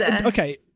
Okay